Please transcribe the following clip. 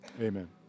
Amen